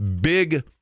big